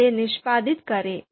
फिर से निष्पादित करें